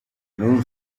non